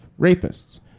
rapists